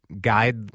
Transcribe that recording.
guide